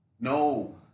No